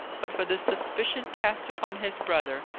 but for the suspicion cast upon his brother,